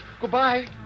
Goodbye